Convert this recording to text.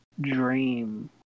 dream